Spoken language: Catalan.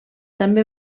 també